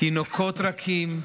תינוקות רכים,